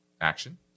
action